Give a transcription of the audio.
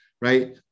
Right